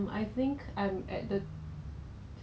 那个是 during emergency ah 那个东西